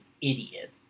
idiot